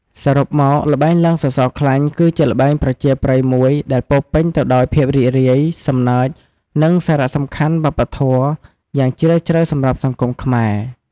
សរុបមក ល្បែងឡើងសសរខ្លាញ់ គឺជាល្បែងប្រជាប្រិយមួយដែលពោរពេញទៅដោយភាពរីករាយ សំណើច និងសារៈសំខាន់វប្បធម៌យ៉ាងជ្រាលជ្រៅសម្រាប់សង្គមខ្មែរ។